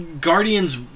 Guardians